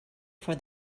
for